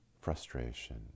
frustration